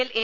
L A